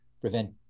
prevent